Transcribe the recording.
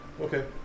Okay